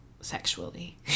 sexually